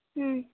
হুম